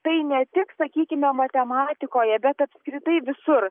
tai ne tik sakykime matematikoje bet apskritai visur